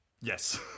Yes